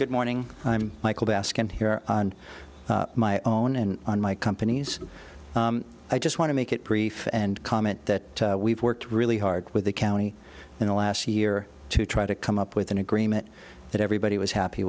good morning i'm michael baskin here on my own and on my company's i just want to make it brief and comment that we've worked really hard with the county in the last year to try to come up with an agreement that everybody was happy